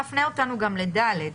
מפנה אותנו גם ל-(ד).